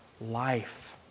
life